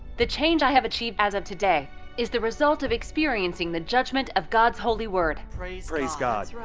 the change i have achieved as of today is the result of experiencing the judgment of god's holy word. praise praise god!